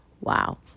wow